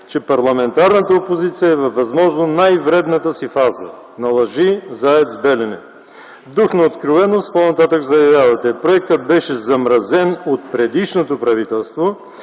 че: „Парламентарната опозиция е във възможно най-вредната си фаза на лъжи за АЕЦ „Белене”. В дух на откровеност по-нататък заявявате: „Проектът беше замразен от предишното правителство,